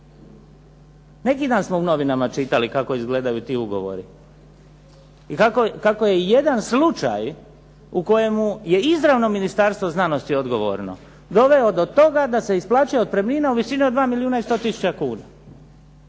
Neki dan smo u novinama čitali kako izgledaju ti ugovori. I kako je jedan slučaj u kojemu je izravno Ministarstvo znanosti odgovorno, doveo do toga da se isplaćuje otpremnina u visini od 2 milijuna i 100 tisuća kuna.